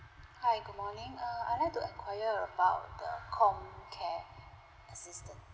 hi good morning err I like to enquire about the comcare assistance